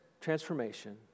transformation